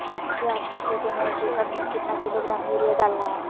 प्याज की खेती में एक एकद में कितना किलोग्राम यूरिया डालना है?